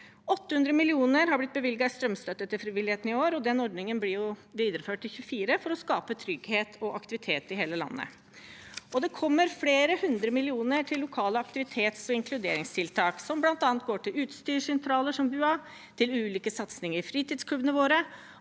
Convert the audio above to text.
800 mill. kr har blitt bevilget i strømstøtte til frivilligheten i år, og den ordningen blir videreført i 2024, for å skape trygghet og aktivitet i hele landet. Det kommer også flere hundre millioner kroner til lokale aktivitets- og inkluderingstiltak, som bl.a. går til utstyrssentraler som BUA, til ulike satsinger i fritidsklubbene våre,